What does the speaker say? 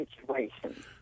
situation